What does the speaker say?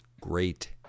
great